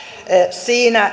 siinä